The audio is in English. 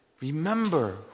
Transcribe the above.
remember